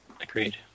Agreed